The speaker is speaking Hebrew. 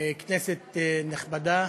כנסת נכבדה,